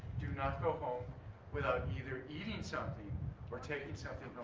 do not go home without either eating something or taking something